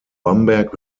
bamberg